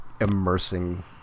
immersing